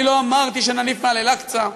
אני לא אמרתי שנניף מעל אל-אקצא,